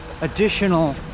additional